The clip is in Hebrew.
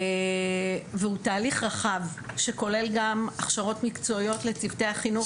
והוא תהליך רחב שכולל גם הכשרות מקצועיות לצוותי החינוך,